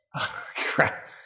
Crap